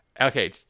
Okay